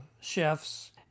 chefs